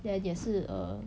then 也是 err